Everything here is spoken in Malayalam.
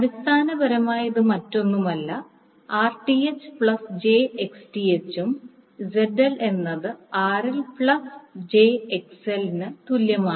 അടിസ്ഥാനപരമായി ഇത് മറ്റൊന്നുമല്ല Rth j XTh ഉം ZL എന്നത് RL plus j XL ന് തുല്യമാണ്